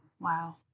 Wow